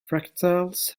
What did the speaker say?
fractals